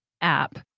app